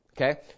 okay